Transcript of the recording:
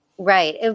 Right